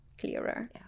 clearer